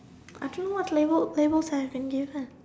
I don't know what labels labels I have been given